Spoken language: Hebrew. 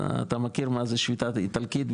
אתה מכיר את המושג שביתה איטלקית,